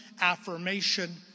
affirmation